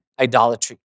idolatry